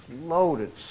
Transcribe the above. loaded